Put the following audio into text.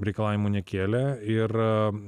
reikalavimų nekėlė ir